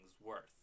worth